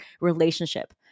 relationship